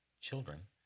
children